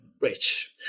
rich